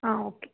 okay